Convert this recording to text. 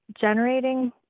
generating